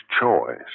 Choice